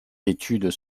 études